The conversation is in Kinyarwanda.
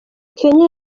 kenya